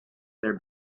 their